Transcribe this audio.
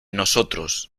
nosotros